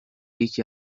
یکی